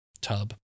tub